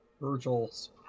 Virgil's